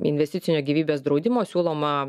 investicinio gyvybės draudimo siūloma